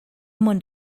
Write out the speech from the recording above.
mont